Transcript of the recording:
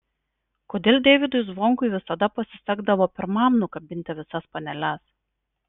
kodėl deivydui zvonkui visada pasisekdavo pirmam nukabinti visas paneles